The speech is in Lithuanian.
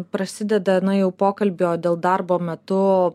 prasideda na jau pokalbio dėl darbo metu